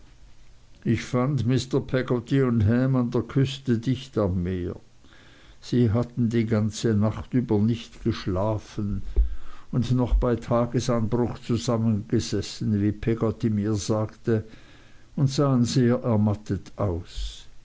ich fand mr peggotty und ham an der küste dicht am meer sie hatten die ganze nacht über nicht geschlafen und noch bei tagesanbruch zusammengesessen wie peggotty mir sagte und sahen sehr ermattet aus